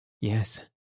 Yes